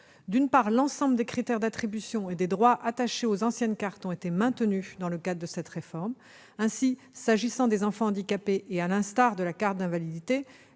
D'une part, l'ensemble des critères d'attribution et des droits attachés aux anciennes cartes ont été maintenus dans le cadre de cette réforme. Ainsi, s'agissant des enfants handicapés, et à l'instar de la carte d'invalidité,